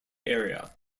area